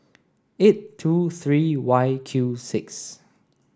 eight two three Y Q six